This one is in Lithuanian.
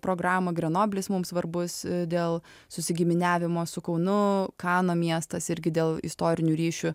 programą grenoblis mums svarbus dėl susigiminiavimo su kaunu kanų miestas irgi dėl istorinių ryšių